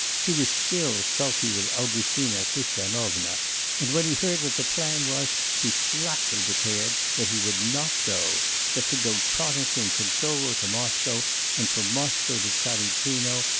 he was still sulky with augustina christianovna and when he heard what the plan was, he flatly declared that he would not go that to go trotting from kuntsovo to moscow and from moscow to tsaritsino,